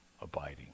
abiding